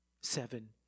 seven